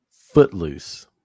Footloose